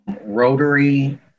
Rotary